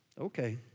Okay